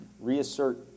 reassert